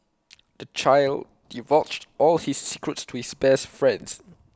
the child divulged all his secrets to his best friends